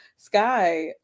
Sky